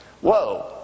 whoa